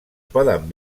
poden